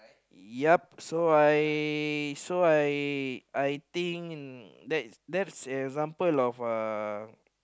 ya so I so I I think that's that's an example of a